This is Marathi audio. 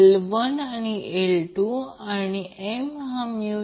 तर Y Y admittance YL YC